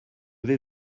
vais